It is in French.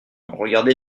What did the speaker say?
regardez